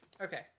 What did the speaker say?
Okay